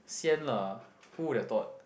sian lah who their thought